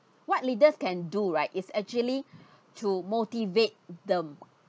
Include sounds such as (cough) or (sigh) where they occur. what leaders can do right is actually (breath) to motivate them